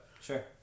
Sure